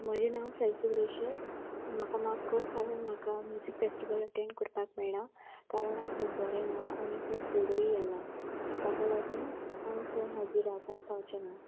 म्हजें नांव फेलसीग ग्रेशियस म्हाका माफ कर कारण म्हाका म्युजीक फेस्टिवल अटेंड करपाक मेळना कारण हांव खूब बोरें ना आनी खूब जरूय येलां ताका लागून हांव थंय हाजीर रावपाक पावचें ना